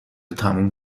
تموم